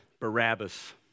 Barabbas